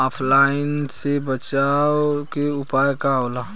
ऑफलाइनसे बचाव के उपाय का होला?